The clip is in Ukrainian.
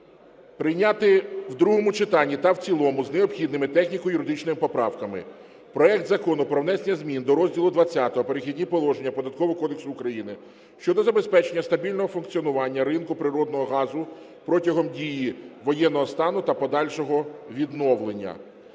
прийняти в другому читанні та в цілому з необхідними техніко-юридичними поправками проект Закону про внесення змін до розділу XX "Перехідні положення" Податкового кодексу України щодо забезпечення стабільного функціонування ринку природного газу протягом дії воєнного стану та подальшого відновлення